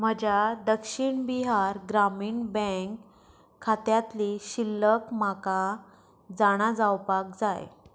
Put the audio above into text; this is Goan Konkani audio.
म्हज्या दक्षिण बिहार ग्रामीण बँक खात्यांतली शिल्लक म्हाका जाणा जावपाक जाय